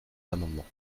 amendements